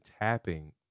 tapping